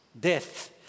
death